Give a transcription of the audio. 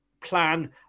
plan